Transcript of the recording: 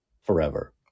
forever